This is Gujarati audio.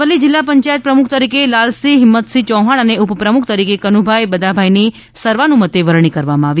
અરવલ્લી જિલ્લા પંચાયત પ્રમુખ તરીકે લાલસિંહ ફિંમતસિંહ ચૌહાંણ અને ઉપ પ્રમુખ તરીકે કનુભાઇ બદાભાઇની સર્વાનુમતે વરણી કરવામાં આવી